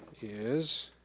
is